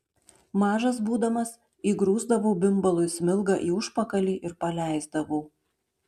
mažas būdamas įgrūsdavau bimbalui smilgą į užpakalį ir paleisdavau